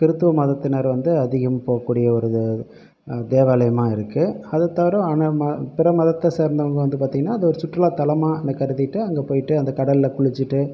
கிறித்துவ மதத்தினர் வந்து அதிகம் போகக்கூடிய ஒரு தேவாலயமாக இருக்குது அதை தவிர அன பிற மதத்தை சேர்ந்தவங்க வந்து பார்த்தீங்கன்னா அதை ஒரு சுற்றுலா தளமாக அதை கருதிட்டு அங்கே போய்ட்டு அந்த கடலில் குளிச்சுட்டு